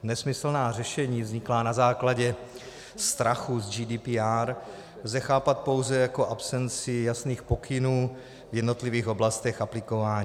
Nesmyslná řešení vzniklá na základě strachu z GDPR lze chápat pouze jako absenci jasných pokynů v jednotlivých oblastech aplikování.